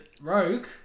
Rogue